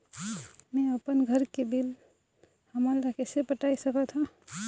मैं अपन घर के बिल हमन ला कैसे पटाए सकत हो?